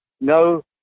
no